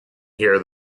here